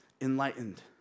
enlightened